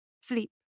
sleep